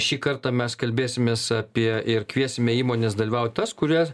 šį kartą mes kalbėsimės apie ir kviesime įmones dalyvaut tas kurias